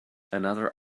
another